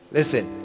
Listen